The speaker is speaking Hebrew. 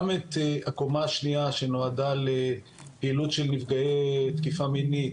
גם את הקומה השנייה שנועדה לפעילות של נפגעי תקיפה מינית,